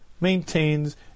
maintains